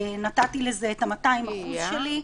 נתתי לזה את ה-200% שלי.